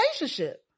relationship